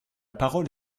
parole